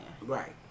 Right